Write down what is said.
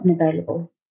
unavailable